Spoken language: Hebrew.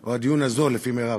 או הדיון הזו, לפי מרב,